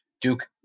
Duke